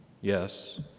Yes